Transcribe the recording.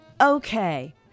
okay